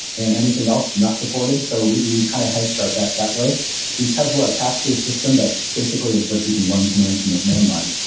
and anything else not supported. so we we kind of hedged our bet that. because we're a tasked-based system that basically is just you can run commands from the command line,